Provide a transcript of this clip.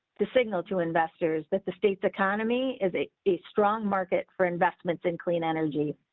to signal to investors that the states economy is a a strong market for investments and clean energy.